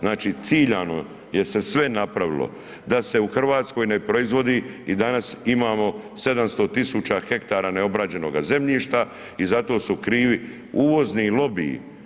Znači ciljano jer se sve napravilo da se u Hrvatskoj ne proizvodi i danas imamo 700 000 ha neobrađenoga zemljišta i zato su krivi uvozni lobiji.